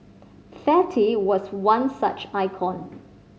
fatty was one such icon